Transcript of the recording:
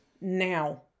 now